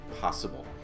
possible